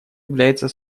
является